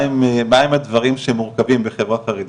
מה הם הדברים שמורכבים בחברה חרדית.